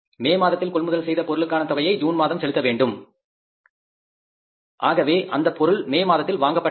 மே மாதத்தில் கொள்முதல் செய்த பொருளுக்கான தொகையை ஜூன் மாதம் செலுத்த வேண்டும் அதாவது அந்தப் பொருள் மே மாதத்தில் வாங்கப்பட்டது